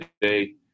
today